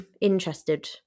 interested